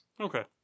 Okay